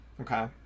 Okay